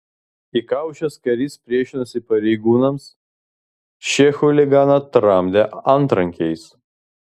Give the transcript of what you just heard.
įkaušęs karys priešinosi pareigūnams šie chuliganą tramdė antrankiais